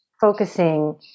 focusing